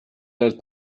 those